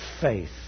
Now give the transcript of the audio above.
faith